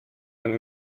and